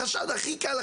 החשד הכי קל,